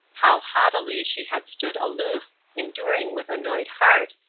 how haughtily she had stood aloof enduring with annoyed heart,